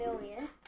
million